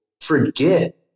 forget